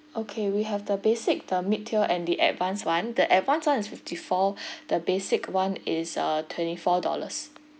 okay we have the basic the mid tier and the advanced one the advanced one is fifty four the basic one is uh twenty four dollars